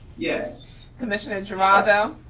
yes. commissioner geraldo.